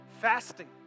Fasting